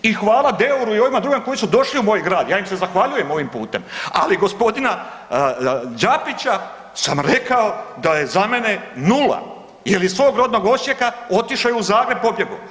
I hvala Deuru i ovima drugim koji su došli u moj grad, ja im se zahvaljujem ovim putem, ali gospodina Đapića sam rekao da je za mene nula jer je iz svog rodnog Osijeka otišao je u Zagreb, pobjego.